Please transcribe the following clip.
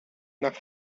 nach